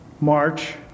March